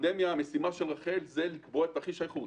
המשימה של רח"ל בפנדמיה זה לקבוע את תרחיש הייחוס.